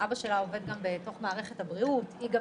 אבא שלה עובד בתוך מערכת הבריאות והיא גם